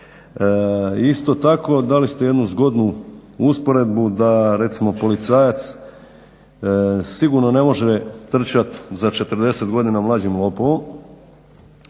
Isto tako, dali ste jednu zgodnu usporedbu da recimo policajac sigurno ne može trčati za 40 godina mlađim lopovom.